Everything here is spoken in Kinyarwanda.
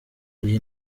iyi